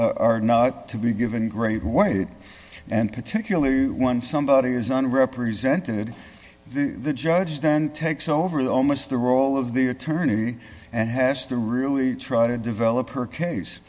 are not to be given great weight and particularly when somebody isn't represented the judge then takes over the almost the role of the attorney and has to really try to develop her case